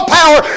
power